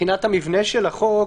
מבחינת המבנה של החוק,